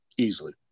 easily